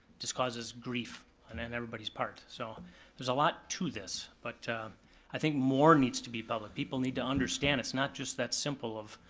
just causes grief on and and everybody's part. so there's a lot to this. but i think more needs to be public. people need to understand, it's not just that simple of,